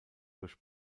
durch